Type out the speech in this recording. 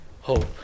hope